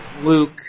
Luke